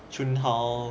jun hao